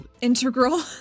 Integral